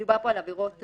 מדובר פה על עבירות רצח,